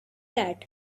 that